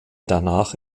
danach